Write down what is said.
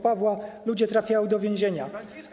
Pawła ludzie trafiają do więzienia.